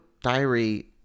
diary